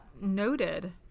noted